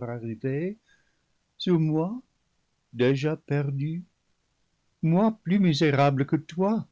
arrivé sur moi déjà perdue moi plus misérable que toi